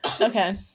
Okay